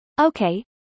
Okay